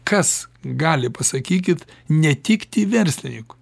kas gali pasakykit netikti verslinikui